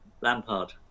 Lampard